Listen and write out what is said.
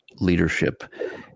leadership